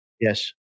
Yes